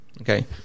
okay